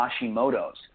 Hashimoto's